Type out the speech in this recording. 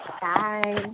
Bye